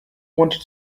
wanted